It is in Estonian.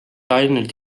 ainult